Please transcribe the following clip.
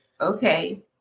Okay